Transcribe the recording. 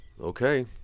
Okay